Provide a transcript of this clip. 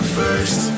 first